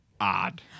odd